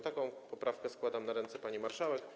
Taką poprawkę składam na ręce pani marszałek.